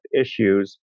issues